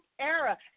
era